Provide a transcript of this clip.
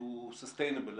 שהוא Sustainable.